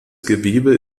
gewebe